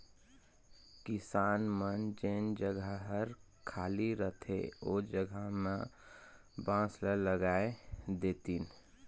किसान मन जेन जघा हर खाली रहथे ओ जघा में बांस ल लगाय देतिन